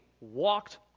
walked